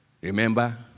Remember